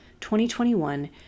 2021